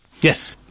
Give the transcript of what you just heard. Yes